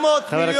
900 מיליון,